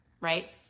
right